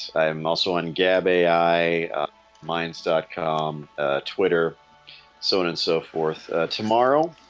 i'm also in gabbay i minds dot com twitter so on and so forth tomorrow